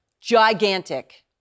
Gigantic